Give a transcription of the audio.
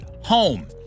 home